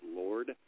lord